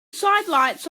sidelights